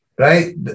right